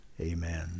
Amen